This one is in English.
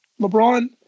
LeBron